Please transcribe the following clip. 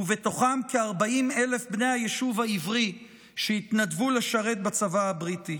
ובתוכם כ-40,000 בני היישוב העברי שהתנדבו לשרת בצבא הבריטי.